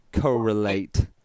correlate